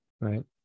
right